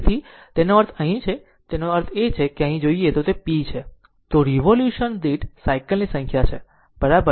તેથી તેનો અર્થ અહીં છે તેનો અર્થ છે કે અહીં જો જોઈએ કે તે p છે તો રીવોલ્યુશન દીઠ સાયકલ ની સંખ્યા છે બરાબર